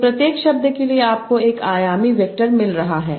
तो प्रत्येक शब्द के लिए आपको एक आयामी वेक्टर मिल रहा है